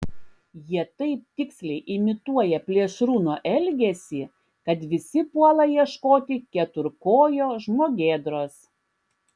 jie taip tiksliai imituoja plėšrūno elgesį kad visi puola ieškoti keturkojo žmogėdros